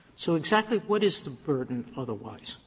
so exactly what is the burden otherwise?